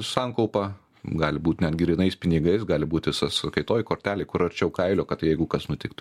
sankaupą gali būt net grynais pinigais gali būti sąskaitoj kortelėj kur arčiau kailio kad jeigu kas nutiktų